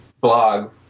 blog